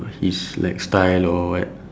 his like style or what